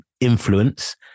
influence